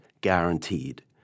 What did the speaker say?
guaranteed